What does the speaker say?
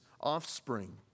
offspring